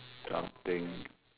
jumping